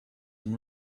and